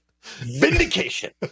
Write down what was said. vindication